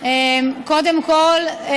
קודם כול,